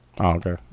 Okay